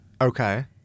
Okay